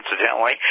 incidentally